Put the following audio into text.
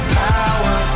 power